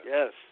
Yes